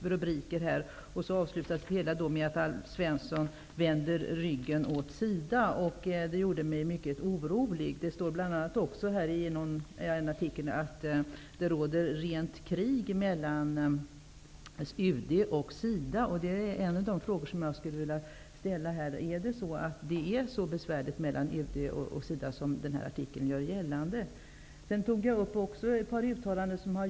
Rubrikerna är många. Det hela avslutas med att Expressen hävdar att Alf Svensson vänder ryggen åt SIDA. Det här har gjort mig mycket orolig. I en artikel står det att det råder ett rent krig mellan UD och SIDA. Är det så besvärligt mellan UD och SIDA som artikeln gör gällande? Jag har också tagit upp ett par uttalanden om SIDA.